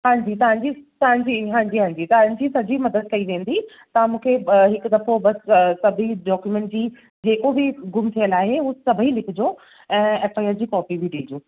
हांजी तव्हांजी तव्हांजी हांजी हांजी तव्हांजी सॼी मदद कई वेंदी तव्हां मूंखे हिकु दफ़ो बसि सभई डॉक्यूमैंट जी जेको बि गुमु थियलु आहे सभई लिखिजो ऐं असां खे हिन जी कॉपी बि ॾिजो